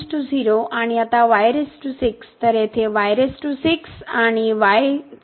तर y → 0 आणि आता तर येथे आणि